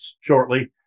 shortly